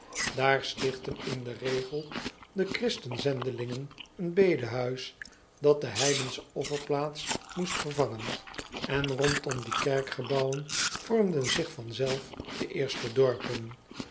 aar stichtten in den regel de christen zendelingen een bedehuis dat de heidensche offerplaats moest vervangen en rondom die kerkgebouwen vormden zich vanzelf de eerste dorpen